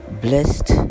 blessed